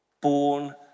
born